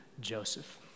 joseph